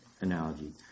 analogy